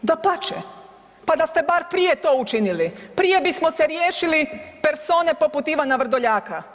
Dapače, pa da ste bar prije to učinili, prije bismo se riješili persone poput Ivana Vrdoljaka.